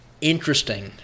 Interesting